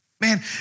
Man